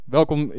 Welkom